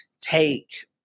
take